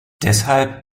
deshalb